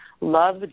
love